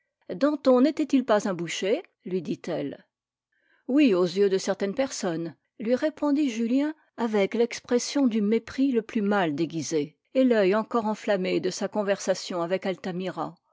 danton n'était-il pas un boucher lui dit-elle oui aux yeux de certaines personnes lui répondit julien avec l'expression du mépris le plus mal déguisé et l'oeil encore enflammé de sa conversation avec altamira